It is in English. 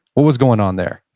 what was going on there?